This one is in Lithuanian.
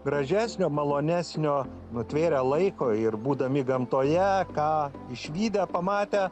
gražesnio malonesnio nutvėrę laiko ir būdami gamtoje ką išvydę pamatę